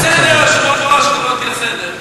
בסדר, היושב-ראש, אתה קורא אותי לסדר.